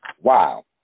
Wow